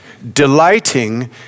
delighting